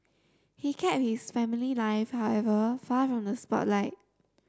he kept his family life however far from the spotlight